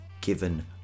given